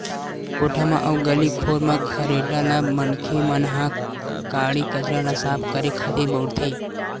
कोठा म अउ गली खोर म खरेटा ल मनखे मन ह काड़ी कचरा ल साफ करे खातिर बउरथे